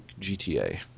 GTA